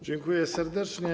Dziękuję serdecznie.